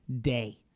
day